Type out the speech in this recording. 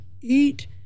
eat